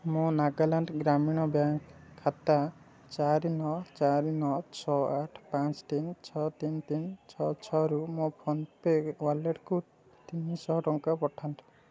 ମୋ ନାଗାଲାଣ୍ଡ୍ ଗ୍ରାମୀଣ ବ୍ୟାଙ୍କ୍ ଖାତା ଚାରି ନଅ ଚାରି ନଅ ଛଅ ଆଠ ପାଞ୍ଚ ତିନି ଛଅ ତିନି ତିନି ଛଅ ଛଅ ରୁ ମୋ ଫୋନ୍ପେ ୱାଲେଟ୍କୁ ତିନି ଶହ ଟଙ୍କା ପଠାନ୍ତୁ